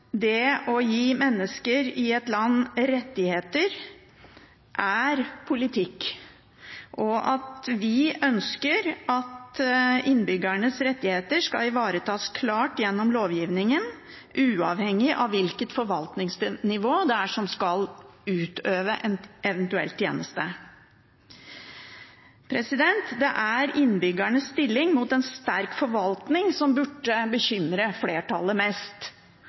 det å gi mennesker i et land rettigheter, er politikk, og vi ønsker at innbyggernes rettigheter skal ivaretas klart gjennom lovgivningen, uavhengig av hvilket forvaltningsnivå det er som skal utøve en eventuell tjeneste. Det er innbyggernes stilling mot en sterk forvaltning som burde bekymre flertallet mest.